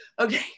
okay